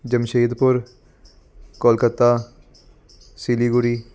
Jamshedpur Calcutta Siliguri